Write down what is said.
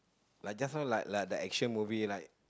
like just now like like the action movie like